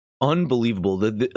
unbelievable